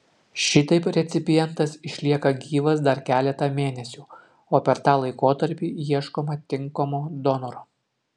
šitaip recipientas išlieka gyvas dar keletą mėnesių o per tą laikotarpį ieškoma tinkamo donoro